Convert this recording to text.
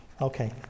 Okay